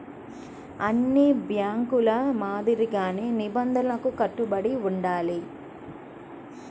అన్ని బ్యేంకుల మాదిరిగానే నిబంధనలకు కట్టుబడి ఉండాలి